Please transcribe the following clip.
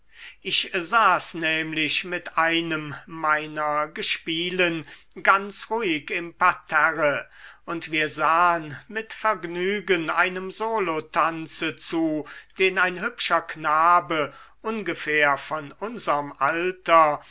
ich saß nämlich mit einem meiner gespielen ganz ruhig im parterre und wir sahen mit vergnügen einem solotanze zu den ein hübscher knabe ungefähr von unserm alter